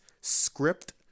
script